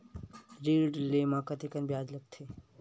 ऋण ले म कतेकन ब्याज लगथे?